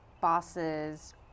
bosses